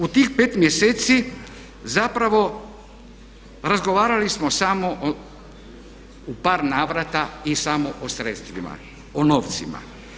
U tih 5 mjeseci zapravo razgovarali smo samo u par navrata i samo o sredstvima, o novcima.